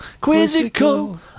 quizzical